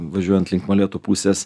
važiuojant link molėtų pusės